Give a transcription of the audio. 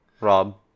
Rob